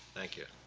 thank you.